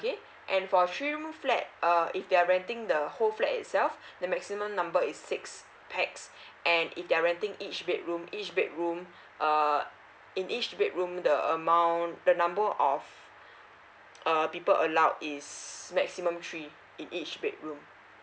okay and for three room flat uh if they are renting the whole flat itself the maximum number is six pax and if they are renting each bedroom each bed room err in each bedroom the amount the number of uh people allowed is maximum three in each bedroom